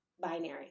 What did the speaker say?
binary